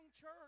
church